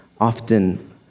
often